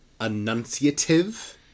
enunciative